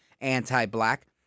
anti-black